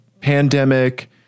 pandemic